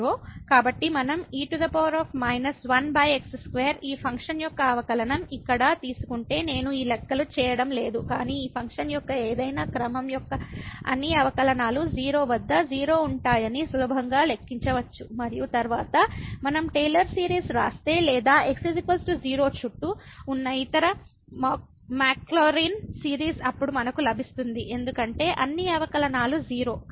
కాబట్టి మనం e 1x2ఈ ఫంక్షన్ యొక్క అవకలనం ఇక్కడ తీసుకుంటే నేను ఈ లెక్కలు చేయడం లేదు కానీ ఈ ఫంక్షన్ యొక్క ఏదైనా క్రమం యొక్క అన్ని అవకలనాలు 0 వద్ద 0 ఉంటాయని సులభంగా లెక్కించవచ్చు మరియు తరువాత మనం టేలర్ సిరీస్ వ్రాస్తే లేదా x 0 చుట్టూ ఉన్న ఇతర మాక్లౌరిన్ సిరీస్ అప్పుడు మనకు లభిస్తుంది ఎందుకంటే అన్ని అవకలనాలు 0